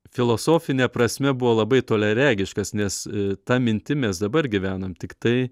filosofine prasme buvo labai toliaregiškas nes ta mintim mes dabar gyvenam tiktai